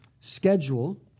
schedule